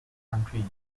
country